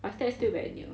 but that's still very near